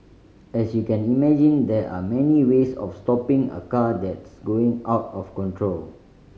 as you can imagine there are many ways of stopping a car that's going out of control